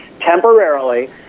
temporarily